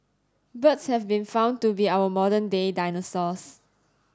birds have been found to be our modern day dinosaurs